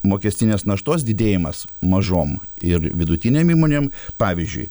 mokestinės naštos didėjimas mažom ir vidutinėm įmonėm pavyzdžiui